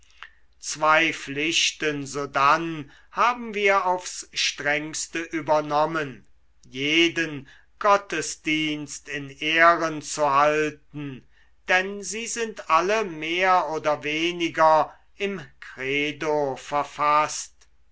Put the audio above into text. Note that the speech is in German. zwei pflichten sodann haben wir aufs strengste übernommen jeden gottesdienst in ehren zu halten denn sie sind alle mehr oder weniger im credo verfaßt